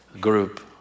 group